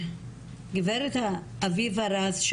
הגב' אביבה רז,